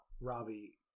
Robbie